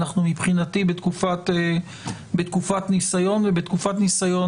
מבחינתי אנחנו בתקופת ניסיון ובתקופת ניסיון